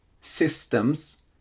systems